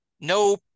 No